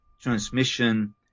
transmission